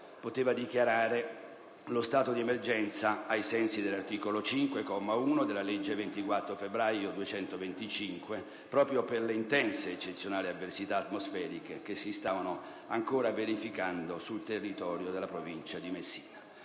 poteva dichiarare lo stato di emergenza ai sensi dell'articolo 5, comma 1, della legge 24 febbraio 1992, n. 225, proprio per le intense ed eccezionali avversità atmosferiche che si stavano ancora verificando sul territorio della Provincia di Messina.